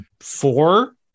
four